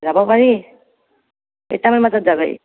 যাব পাৰি কেইটামান বজাত যাবি